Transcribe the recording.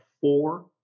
four